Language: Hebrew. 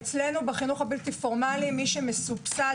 אצלנו בחינוך הבלתי פורמלי מי שמסובסד